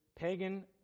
pagan